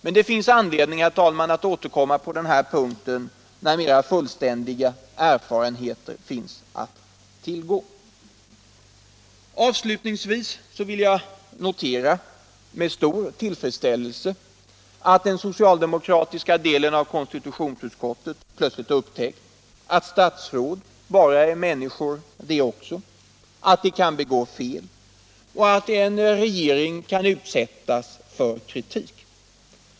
Det blir emellertid anledning att återkomma på denna punkt, när mer fullständiga erfarenheter finns att tillgå. Avslutningsvis vill jag notera med stor tillfredsställelse att den socialdemokratiska delen av konstitutionsutskottet plötsligt har upptäckt att statsråd är människor de också och kan begå fel, liksom att en regering kan utsättas för kritik.